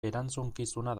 erantzukizuna